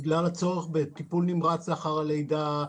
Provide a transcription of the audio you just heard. בגלל הצורך בטיפול נמרץ אחרי הלידה,